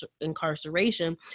incarceration